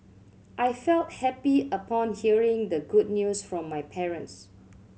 I felt happy upon hearing the good news from my parents